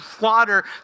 water